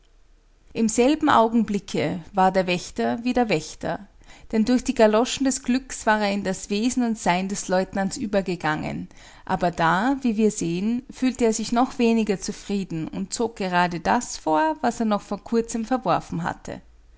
im selben augenblicke war der wächter wieder wächter denn durch die galoschen des glückes war er in das wesen und sein des leutnants übergegangen aber da wie wir sehen fühlte er sich noch weniger zufrieden und zog gerade das vor was er vor kurzem verworfen hatte